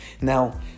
Now